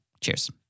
Cheers